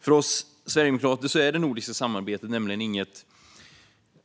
För oss sverigedemokrater är det nordiska samarbetet nämligen inget